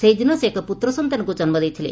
ସେହିଦିନ ସେ ଏକ ପୁତ୍ର ସନ୍ତାନକୁ ଜନ୍କ ଦେଇଥିଲେ